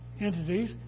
entities